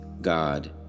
God